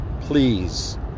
Please